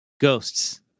Ghosts